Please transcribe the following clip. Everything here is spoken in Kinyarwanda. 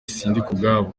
sindikubwabo